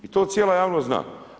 I to cijela javnost zna.